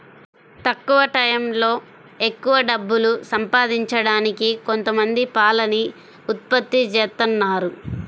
తక్కువ టైయ్యంలో ఎక్కవ డబ్బులు సంపాదించడానికి కొంతమంది పాలని ఉత్పత్తి జేత్తన్నారు